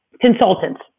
consultants